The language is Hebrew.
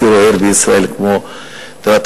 אפילו עיר בישראל כמו טירת-כרמל.